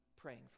praying